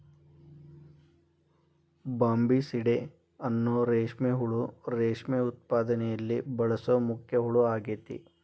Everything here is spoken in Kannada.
ಬಾಂಬಿಸಿಡೇ ಅನ್ನೋ ರೇಷ್ಮೆ ಹುಳು ರೇಷ್ಮೆ ಉತ್ಪಾದನೆಯಲ್ಲಿ ಬಳಸೋ ಮುಖ್ಯ ಹುಳ ಆಗೇತಿ